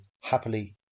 happily